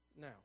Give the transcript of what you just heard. now